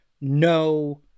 no